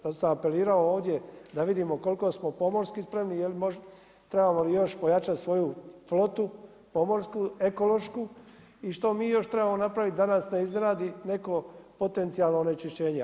Zato sam apelirao ovdje da vidimo koliko smo pomorski spremni, trebamo li još pojačati svoju flotu pomorsku, ekološku i što mi još trebamo napraviti da nas ne izradi neko potencijalno onečišćenje.